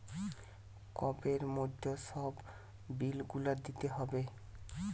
কোবের মধ্যে সব বিল গুলা দিতে হবে